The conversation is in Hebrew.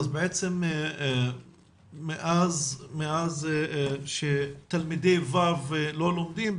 אז בעצם מאז שתלמידי ו' לא לומדים,